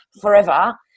forever